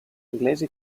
inglese